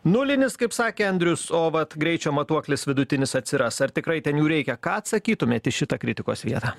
nulis kaip sakė andrius o vat greičio matuoklis vidutinis atsiras ar tikrai ten jų reikia ką atsakytumėt į šitą kritikos vietą